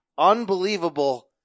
Unbelievable